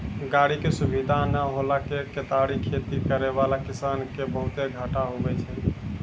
गाड़ी के सुविधा नै होला से केतारी खेती करै वाला किसान के बहुते घाटा हुवै छै